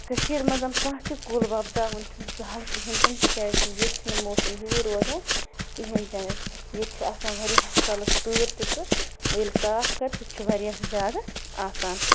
کٔشیٖرِ منٛز کانٛہہ تہِ کُل وۄپداوُن چھُ نہِ سہل کِہیٖنۍ تہِ نہٕ تِکیازِ کہِ ییٚتہِ چھِ نہٕ موسم ہٮ۪ووُے روزان کِہیٖنۍ تہِ نہٕ ییٚتہِ چھِ آسان واریاہ کالَس تۭر تہِ تہٕ ؤ ییٚلہِ تاپھ کَرِ سُہ تہِ چھُ واریاہ زیادٕ آسان